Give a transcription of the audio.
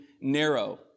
narrow